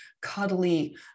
cuddly